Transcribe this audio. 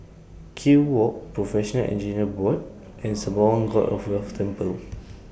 Kew Walk Professional Engineers Board and Sembawang God of Wealth Temple